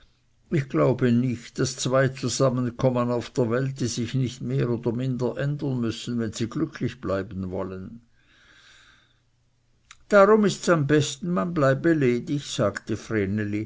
ich glaube nicht daß zwei zusammenkommen auf der welt die sich nicht mehr oder minder ändern müssen wenn sie glücklich bleiben wollen darum ists am besten man bleibe ledig sagte